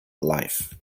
life